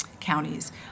counties